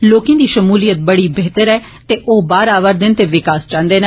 लोकें दी शमूलियत बड़ी बेहतर ऐ ते ओ बाहर आवा'रदे न ते विकास चांहदे न